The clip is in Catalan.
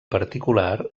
particular